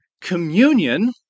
Communion